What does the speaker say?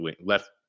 left